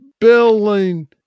Billing